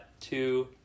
two